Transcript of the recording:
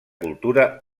cultura